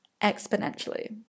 exponentially